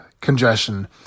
congestion